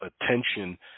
attention